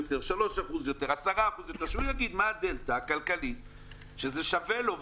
3% או 10% יותר שהוא יגיד מה הדלתא הכלכלית שזה שווה לו,